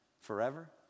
forever